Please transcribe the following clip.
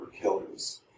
Killers